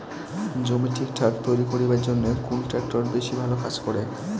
জমি ঠিকঠাক তৈরি করিবার জইন্যে কুন ট্রাক্টর বেশি ভালো কাজ করে?